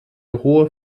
hohe